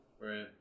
right